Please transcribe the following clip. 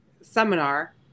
seminar